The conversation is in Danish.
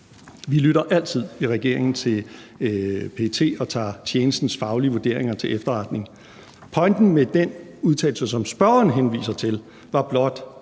Vi lytter i regeringen altid til PET og tager tjenestens faglige vurderinger til efterretning. Pointen med den udtalelse, som spørgeren henviser til, var blot,